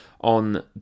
on